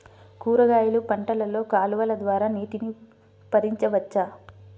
కూరగాయలు పంటలలో కాలువలు ద్వారా నీటిని పరించవచ్చా?